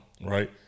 right